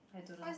I don't know